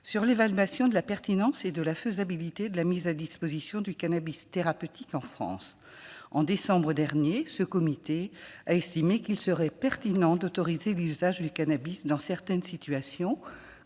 sur l'évaluation de la pertinence et de la faisabilité de la mise à disposition du cannabis thérapeutique en France. En décembre dernier, ce comité a estimé qu'il serait pertinent d'autoriser l'usage du cannabis dans certaines situations,